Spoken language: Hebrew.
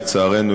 לצערנו,